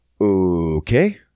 Okay